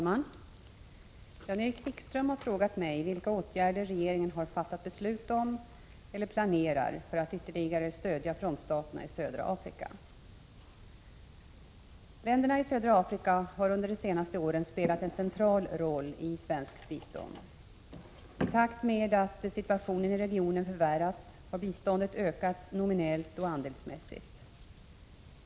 Herr talman! Jan-Erik Wikström har frågat mig vilka åtgärder regeringen har fattat beslut om eller planerat för att ytterligare stödja frontstaterna i södra Afrika. Länderna i södra Afrika har under de senaste åren spelat en central roll i svenskt bistånd. I takt med att situationen i regionen förvärrats har biståndet ökats nominellt och andelsmässigt.